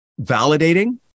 validating